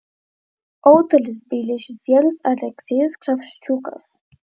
autorius bei režisierius aleksejus kravčiukas